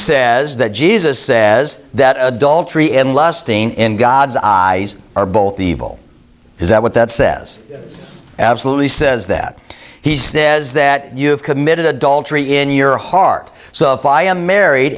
says that jesus says that adultery in lusting in god's eyes are both evil is that what that says absolutely says that he says that you have committed adultery in your heart so if i am married